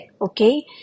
okay